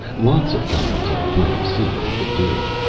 lots of times i tried to see what he could do.